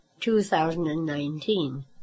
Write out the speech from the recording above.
2019